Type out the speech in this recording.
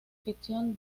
ficción